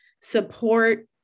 support